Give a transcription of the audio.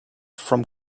from